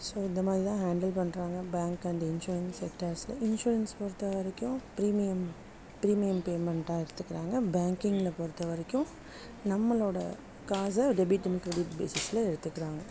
so இந்த மாதிரி தான் ஹேண்டில் பண்ணுறாங்க பேங்க் அண்டு இன்சூரன்ஸ் செக்டார்ஸில் இன்சூரன்ஸ் பொறுத்தவரைக்கும் ப்ரீமியம் ப்ரீமியம் பேமெண்ட்டாக எடுத்துக்கிறாங்க பேங்க்கிங்கில் பொறுத்தவரைக்கும் நம்மளோடய காசை டெபிட் அண்டு க்ரெடிட் பேஸிஸில் எடுத்துக்கிறாங்க